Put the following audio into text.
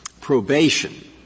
probation